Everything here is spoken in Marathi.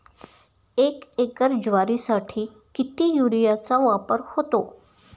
एक एकर ज्वारीसाठी किती युरियाचा वापर होतो?